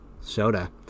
soda